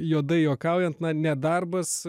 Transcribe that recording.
juodai juokaujant na nedarbas